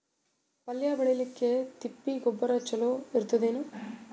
ಪಲ್ಯ ಬೇಳಿಲಿಕ್ಕೆ ತಿಪ್ಪಿ ಗೊಬ್ಬರ ಚಲೋ ಇರತದೇನು?